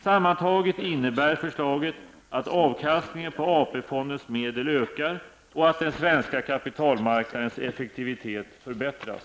Sammantaget innebär förslaget att avkastningen på AP-fondens medel ökar och att den svenska kapitalmarknadens effektivitet förbättras.